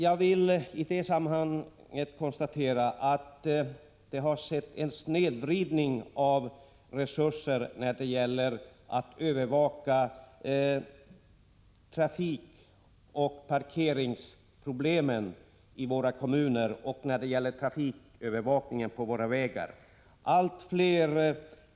Jag vill i det sammanhanget konstatera att det skett en snedvridning av resurserna för övervakning av trafikoch parkeringsproblemen i kommuner na och på våra vägar.